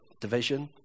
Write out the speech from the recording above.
division